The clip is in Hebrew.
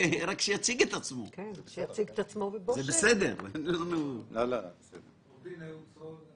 לקחתי את התפקיד הזה בכובד ראש ובחרדת קודש כשאני